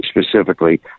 specifically